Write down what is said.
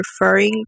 referring